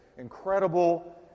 Incredible